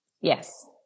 Yes